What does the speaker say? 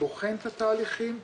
בוחן את התהליכים,